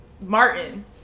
martin